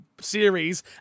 Series